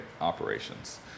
operations